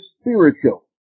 spiritual